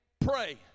pray